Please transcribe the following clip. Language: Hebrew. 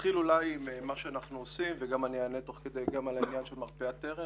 נתחיל אולי במה שאנחנו עושים ותוך כדי אני אענה על העניין של מרפאת טרם